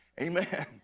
Amen